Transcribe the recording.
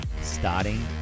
starting